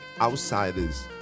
outsiders